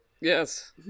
yes